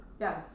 Yes